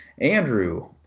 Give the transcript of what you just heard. Andrew